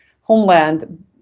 homeland